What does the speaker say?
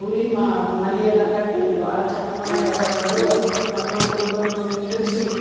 ಹೂವಿನ ಮಾಲೆಯೆಲ್ಲ ಕಟ್ಟಿ ಭಾಳ ಚಂದ ಮಾಡಿ ಅದರ ನಡುವೆ ಮದುಮಕ್ಕಳು ಇಬ್ಬರನ್ನು ನಿಂದರ್ಸಿ